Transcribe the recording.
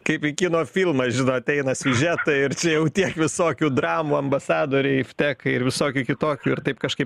kaip į kino filmą žinot eina siužetai ir čia jau tiek visokių dramų ambasadoriai iftekai ir visokių kitokių ir taip kažkaip